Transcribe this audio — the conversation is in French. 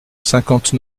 cinquante